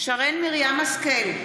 שרן מרים השכל,